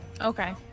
Okay